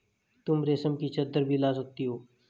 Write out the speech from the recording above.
तुम रेशम की चद्दर भी ला सकती हो